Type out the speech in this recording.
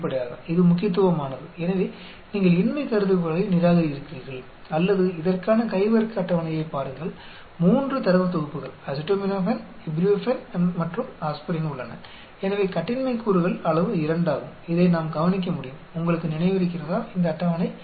வெளிப்படையாக இது முக்கியத்துவமானது எனவே நீங்கள் இன்மை கருதுகோளை நிராகரிக்கிறீர்கள் அல்லது இதற்கான கை வர்க்க அட்டவணையைப் பாருங்கள் 3 தரவுத் தொகுப்புகள் அசிட்டமினோபன் இப்யூபுரூஃபன் மற்றும் ஆஸ்பிரின் உள்ளன எனவே கட்டின்மை கூறுகள் அளவு 2 ஆகும் இதை நாம் கவனிக்க முடியும் உங்களுக்கு நினைவிருக்கிறதா இந்த அட்டவணை